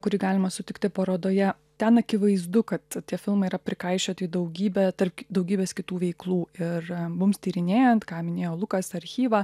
kurį galima sutikti parodoje ten akivaizdu kad tie filmai yra prikaišioti į daugybę tarp k daugybės kitų veiklų ir mums tyrinėjant ką minėjo lukas archyvą